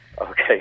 Okay